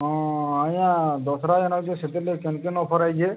ହଁ ଆଜ୍ଞା ଦଶ୍ରା ଯେନ୍ ଆଉଛେ ସେଥିର୍ ଲାଗି କେନ୍ କେନ୍ ଅଫର୍ ଆଇଛେ